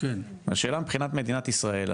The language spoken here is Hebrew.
השאלה מבחינת מדינת ישראל,